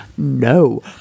no